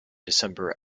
december